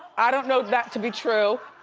i don't know that to be true.